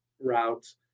routes